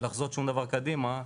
לחזות שום דבר קדימה,